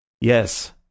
Yes